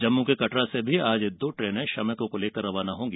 जम्मू के कटरा से आज दो ट्रेने श्रमिकों को लेकर रवाना होंगी